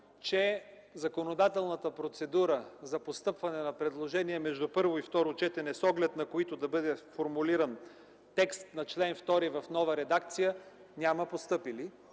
че законодателната процедура е за постъпване на предложения между първо и второ четене, с оглед на които да бъде формулиран текст на чл. 2 в нова редакция, но няма постъпили.